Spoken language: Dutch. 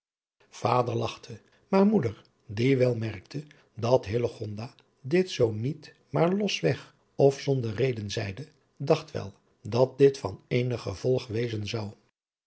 vader lachte maar moeder die wel merkte dat hillegonda dit zoo niet maar los weg of zonder reden zeide dacht wel dat dit van eenig gevolg wezen zou